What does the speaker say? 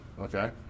okay